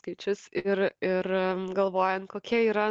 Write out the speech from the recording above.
skaičius ir ir galvojant kokia yra